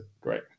great